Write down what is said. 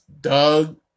Doug